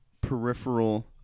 peripheral